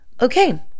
Okay